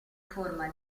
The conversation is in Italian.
forma